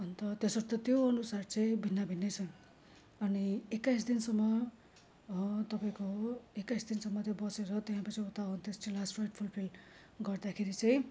अन्त त्यसर्थ त्यो अनुसार चै भिन्न भिन्नै छन् अनि एक्काइस दिनसम्म तपाईँको एक्काइस दिनसम्म चाहिँ बसेर त्यहाँपछि उता अन्त्येष्टि लास्ट राइड फुलफिल गर्दाखेरि चाहिँ